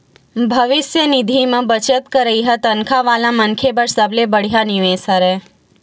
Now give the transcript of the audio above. भविस्य निधि म बचत करई ह तनखा वाला मनखे बर सबले बड़िहा निवेस हरय